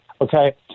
Okay